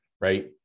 right